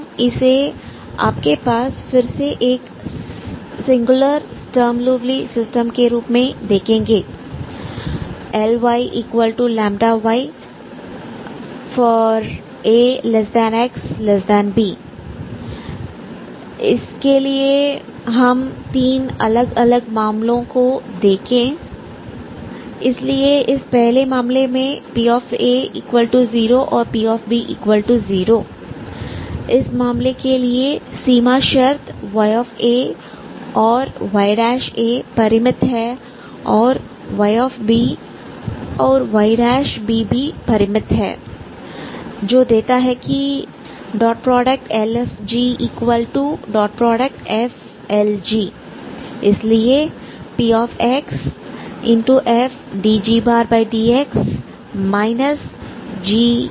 हम इसे आपके पास फिर से एक सिंगुलर स्टर्म लिउविल सिस्टम के रूप में देखेंगे Lyλyaxb इसके लिए हम तीन अलग अलग मामलों को देखें इसलिए इस पहले मामले में p0 p0 इस मामले के लिए सीमा शर्त ya y' परिमित है और y y' भी परिमित है देता है कि LfgfLg इसलिए pxfdgdx gdfdx